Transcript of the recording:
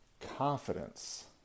Confidence